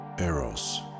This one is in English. Eros